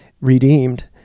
redeemed